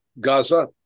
Gaza